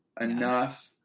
enough